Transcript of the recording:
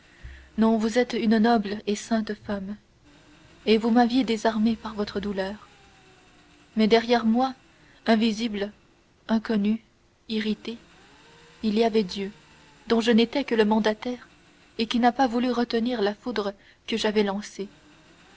non vous êtes une noble et sainte femme et vous m'aviez désarmé par votre douleur mais derrière moi invisible inconnu irrité il y avait dieu dont je n'étais que le mandataire et qui n'a pas voulu retenir la foudre que j'avais lancée